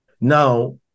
Now